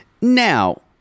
now